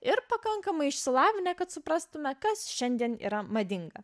ir pakankamai išsilavinę kad suprastume kas šiandien yra madinga